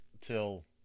till